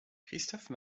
christophe